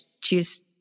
choose